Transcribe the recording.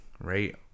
right